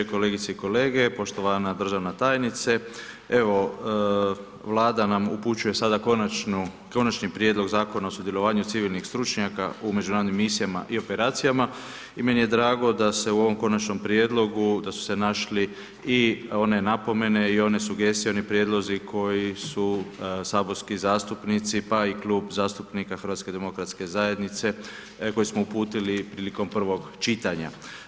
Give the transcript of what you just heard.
Kolegice i kolege, poštovana državna tajnice, evo Vlada nam upućuje sada Konačni prijedlog Zakona o sudjelovanju civilnih stručnjaka u Međunarodnim misijama i operacijama i meni je drago da se u ovom Konačnom prijedlogu, da su se našli i one napomene i one sugestije, oni prijedlozi koji su saborski zastupnici, pa i klub zastupnika HDZ-a koji smo uputili prilikom prvog čitanja.